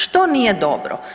Što nije dobro?